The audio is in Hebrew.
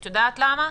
את יודעת למה?